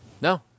no